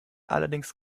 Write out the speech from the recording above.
allerdings